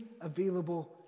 available